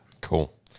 cool